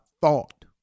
thought